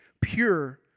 pure